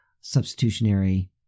substitutionary